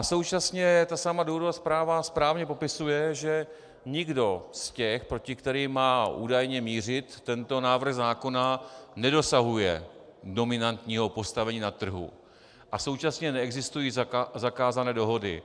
Současně ta samá důvodová zpráva správně popisuje, že nikdo z těch, proti kterým má údajně mířit tento návrh zákona, nedosahuje dominantního postavení na trhu a současně neexistují zakázané dohody.